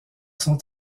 sont